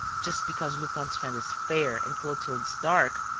just because lupin's friend is fair and clotilde dark,